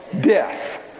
death